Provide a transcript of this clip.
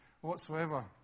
whatsoever